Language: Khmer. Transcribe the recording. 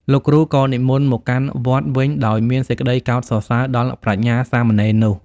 លោកគ្រូក៏និមន្តមកកាន់វត្តវិញដោយមានសេចក្តីកោតសរសើរដល់ប្រាជ្ញាសាមណេរនោះ។